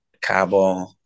Cabo